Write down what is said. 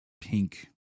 pink